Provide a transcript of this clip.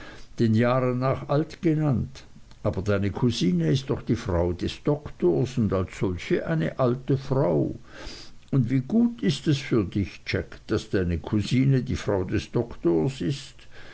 den jahren nach alt genannt aber deine kusine ist doch die frau des doktors und als solche eine alte frau und wie gut ist es für dich jack daß deine kusine die frau des doktors ist